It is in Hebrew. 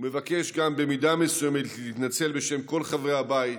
ומבקש גם במידה מסוימת להתנצל בשם כל חברי הבית,